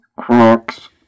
Crocs